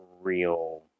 real